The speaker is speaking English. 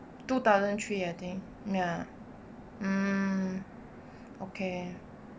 two thousand three I think ya mm okay